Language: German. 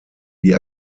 die